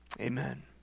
Amen